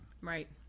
Right